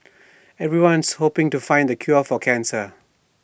everyone's hoping to find the cure for cancer